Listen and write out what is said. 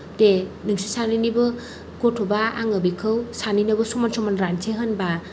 दे नोंसोर सानैनिबो गथ'बा आङो बिखौ सानैनोबो सानै सानै रानसै होनबा